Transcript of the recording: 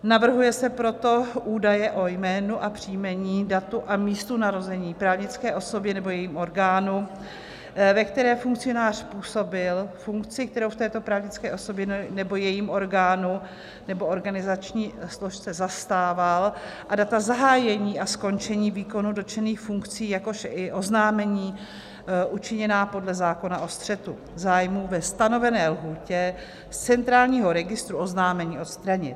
Navrhuje se proto údaje o jménu a příjmení, datu a místu narození právnické osoby nebo jejím orgánu, ve které funkcionář působil, funkci, kterou v této právnické osobě nebo jejím orgánu nebo organizační složce zastával, a data zahájení a skončení výkonu dotčených funkcí, jakož i oznámení učiněná podle zákona o střetu zájmů ve stanovené lhůtě z centrálního registru oznámení odstranit.